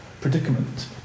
predicament